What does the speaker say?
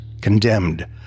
condemned